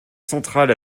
central